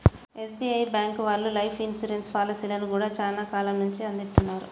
SBI bank వాళ్ళు life insurance పాలసీలను గూడా చానా కాలం నుంచే అందిత్తన్నారు